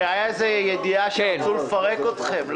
הרי הייתה איזו ידיעה שרצו לפרק אתכם.